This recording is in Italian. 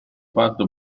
fatto